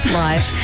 live